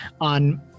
on